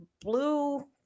blue